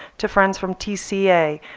to friends from tca,